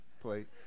plate